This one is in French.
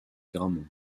grammont